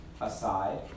aside